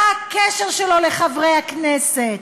מה הקשר שלו לחברי הכנסת,